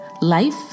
life